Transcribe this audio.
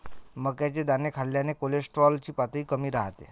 मक्याचे दाणे खाल्ल्याने कोलेस्टेरॉल ची पातळी कमी राहते